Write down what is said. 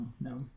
no